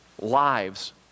lives